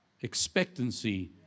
expectancy